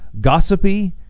gossipy